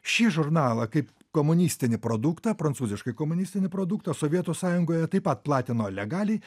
šį žurnalą kaip komunistinį produktą prancūziškai komunistinį produktą sovietų sąjungoje taip pat platino legaliai